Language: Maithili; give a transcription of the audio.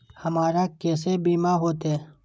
हमरा केसे बीमा होते?